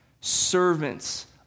servants